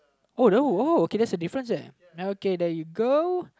oh no oh okay that's a difference there okay there you go